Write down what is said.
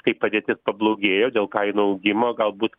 kai padėtis pablogėjo dėl kainų augimo galbūt